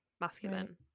masculine